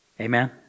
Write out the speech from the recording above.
amen